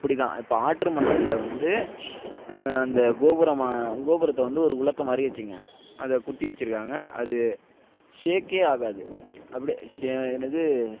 அப்படி தான் இப்போ ஆற்று மணலில் வந்து அந்த கோபுரமான கோபுரத்தை வந்து ஒரு உலக்கை மாதிரி வச்சிக்கங்க அதை குத்தி வச்சிருக்காங்க அது ஷேக்கே ஆகாது அப்படியே ஷே என்னது